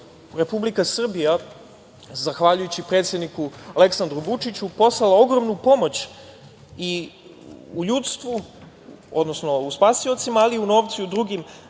Republika Srbija zahvaljujući predsedniku Aleksandru Vučiću, poslala ogromnu pomoć i u ljudstvu, odnosno u spasiocima, ali i u novcu i u drugim